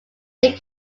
they